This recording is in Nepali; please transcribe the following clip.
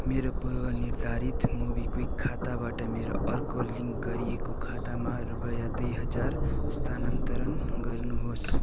मेरो पूर्वनिर्धारित मोबिक्विक खाताबाट मेरो अर्को लिङ्क गरिएको खातामा रूपयाँ दुई हजार स्थानान्तरण गर्नुहोस्